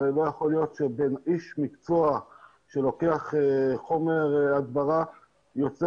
הרי לא יכול להיות שאיש מקצוע שלוקח חומר הדברה יוצא